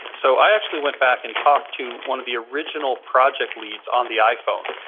so i actually went back and talked to one of the original project leads on the iphone,